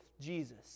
Jesus